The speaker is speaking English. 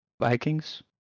Vikings